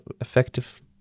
effective